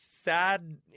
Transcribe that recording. sad